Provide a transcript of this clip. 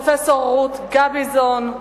פרופסור רות גביזון,